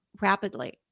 rapidly